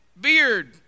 beard